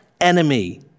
enemy